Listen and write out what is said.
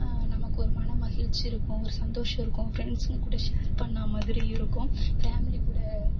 நமக்கு ஒரு மனமகிழ்ச்சி இருக்கும் ஒரு சந்தோஷம் இருக்கும் ஃபிரண்ட்ஸ்ங்க கூட ஷேர் பண்ணிண மாதிரியும் இருக்கும் ஃபேமிலி கூட